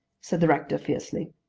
said the rector fiercely.